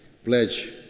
pledge